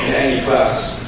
any class